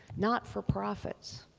not for profits,